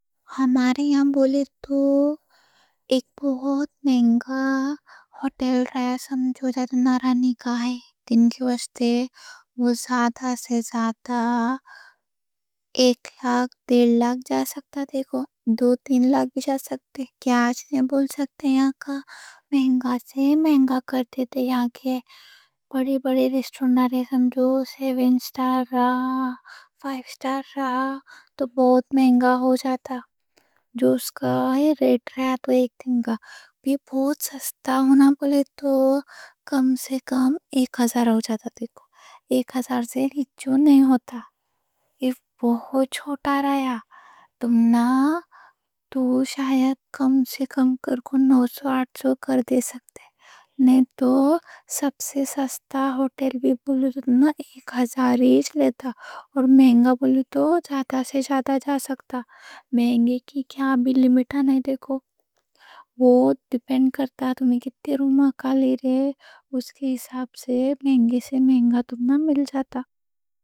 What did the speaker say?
ہمارے یہاں بولے تو ایک بہت مہنگا ہوٹل رہا، سمجھو۔ نارانی کا ایک دن کے واسطے وہ زیادہ سے زیادہ ایک لاکھ، ڈیڑھ لاکھ جا سکتا، دیکھو۔ دو تین لاکھ بھی جا سکتے، بولے تو۔ یہاں کے بڑی بڑی ریسٹورنٹس سمجھو، سیون اسٹار رہا، فائیو اسٹار رہا تو بہت مہنگا ہو جاتا۔ جو اس کا ریٹ رہا تو ایک دن کا بھی بہت سستا ہونا بولے تو کم سے کم ایک ہزار ہو جاتا۔ دیکھو ایک ہزار سے ریچو نہیں ہوتا، یہ بہت چھوٹا رہا، تم نا تو شاید کم سے کم کر کو نو سو، آٹھ سو کر دے سکتے، نئیں تو سب سے سستا ہوٹل بھی بولے تو تم نا ایک ہزار ہیش لیتا۔ اور مہنگا بولے تو زیادہ سے زیادہ جا سکتا؛ مہنگے کی کیا بھی لیمٹ نئیں، دیکھو، وہ ڈیپینڈ کرتا تمہیں کتنے کمرے کا لے رہے، اس کے حساب سے مہنگے سے مہنگا تم نا مل جاتا۔